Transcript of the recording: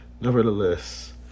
nevertheless